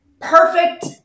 perfect